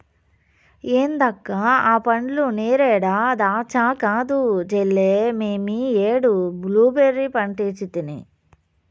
ఏంది అక్క ఆ పండ్లు నేరేడా దాచ్చా కాదు చెల్లే మేమీ ఏడు బ్లూబెర్రీ పంటేసితిని